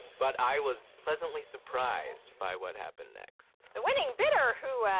but i was pleasantly surprised by what happened next. the winning bidder, who,